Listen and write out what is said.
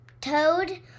Toad